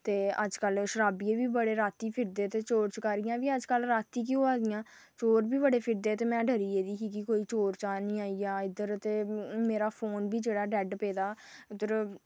ते अजकल शराबिये बी बड़े राती फिरदे ते चोर चकारियां बी अजकल राती गै होआ दियां चोर बी बड़े फिरदे ते में डरी गेई कि कोई चोर चार निं आई जा इद्धर ते मेरा फोन बी जेह्ड़ा डैड पेदा उद्धर